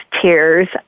Tears